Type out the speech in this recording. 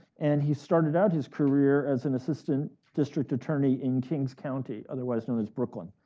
and he started out his career as an assistant district attorney in kings county, otherwise known as brooklyn,